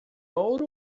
ouro